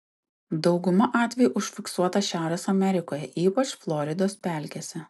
dauguma atvejų užfiksuota šiaurės amerikoje ypač floridos pelkėse